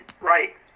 right